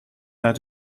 had